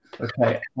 Okay